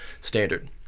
standard